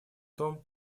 том